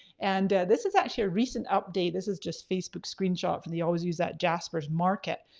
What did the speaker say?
and this is actually a recent update, this is just facebook screenshot for they always use that jasper's market.